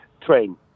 train